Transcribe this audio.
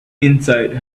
inside